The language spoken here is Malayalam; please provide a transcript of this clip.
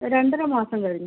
രണ്ടര മാസം കഴിഞ്ഞു